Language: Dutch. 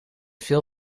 veel